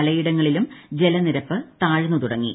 പലയിടങ്ങളിലും ജലനിരപ്പ് താഴ്ന്നു തുടങ്ങി